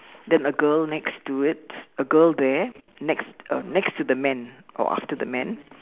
then a girl next to it a girl there next uh next to the man or after the man